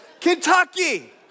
Kentucky